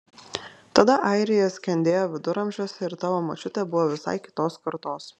tada airija skendėjo viduramžiuose ir tavo močiutė buvo visai kitos kartos